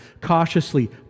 cautiously